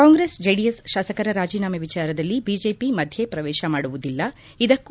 ಕಾಂಗ್ರೆಸ್ ಜೆಡಿಎಸ್ ಶಾಸಕರ ರಾಜೀನಾಮೆ ವಿಚಾರದಲ್ಲಿ ಬಿಜೆಪಿ ಮಧ್ಯೆ ಪ್ರವೇಶ ಮಾಡುವುದಿಲ್ಲ ಇದಕ್ಕೂ